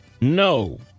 No